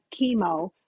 chemo